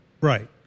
Right